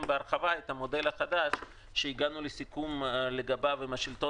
בהרחבה את המודל החדש שהגענו לסיכום לגביו עם השלטון